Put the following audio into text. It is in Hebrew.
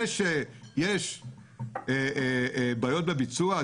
זה שיש בעיות בביצוע,